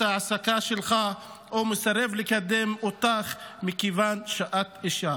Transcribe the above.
ההעסקה שלך או מסרב לקדם אותך מכיוון שאת אישה.